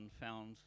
found